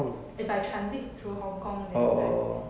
if I transit through hong kong then like